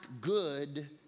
good